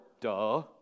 Duh